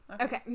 Okay